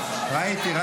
ביטחון